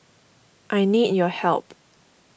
I need your help